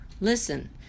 Listen